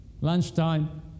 Lunchtime